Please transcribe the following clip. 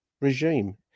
regime